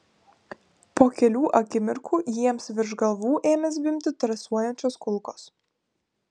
po kelių akimirkų jiems virš galvų ėmė zvimbti trasuojančios kulkos